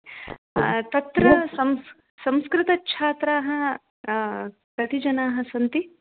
तत्र संस् संस्कृतछात्राः कति जनाः सन्ति